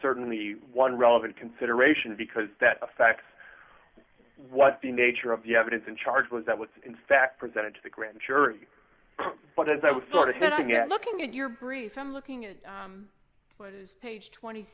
certainly one relevant consideration because that the facts what the nature of the evidence in charge was that was in fact presented to the grand jury but as i was sort of looking at your brief i'm looking at what is page twenty